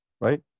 Right